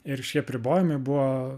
ir šie apribojimai buvo